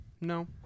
No